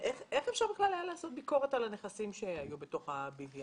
איך אפשר בכלל היה לעשות ביקורת על הנכסים שהיו בתוך ה-BVI